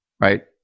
right